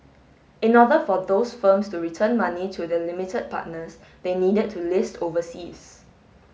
in other for those firms to return money to their limited partners they needed to list overseas